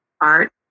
Art